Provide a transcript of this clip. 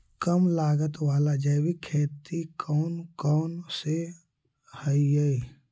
कम लागत वाला जैविक खेती कौन कौन से हईय्य?